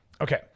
Okay